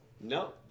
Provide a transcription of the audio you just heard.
No